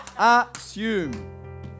assume